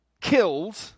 killed